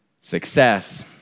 Success